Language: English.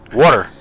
water